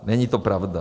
Není to pravda.